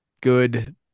good